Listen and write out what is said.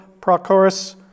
Prochorus